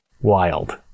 wild